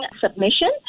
submission